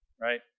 right